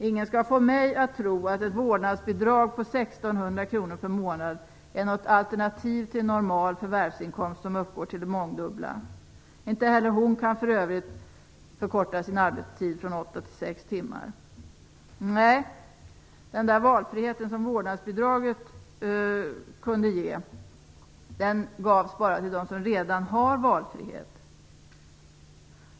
Ingen skall få mig att tro att ett vårdnadsbidrag på 1 600 kronor per månad är något alternativ till en normal förvärvsinkomst som uppgår till det mångdubbla. Ej heller hon kunde förkorta sin arbetstid från åtta till sex timmar. Nej, den valfrihet som vårdnadsbidraget kunde ge gavs bara till dem som redan har valfrihet.